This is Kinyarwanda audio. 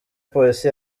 polisi